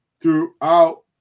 throughout